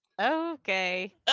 Okay